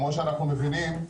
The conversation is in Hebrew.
כמו שאנחנו מבינים,